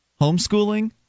homeschooling